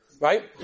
Right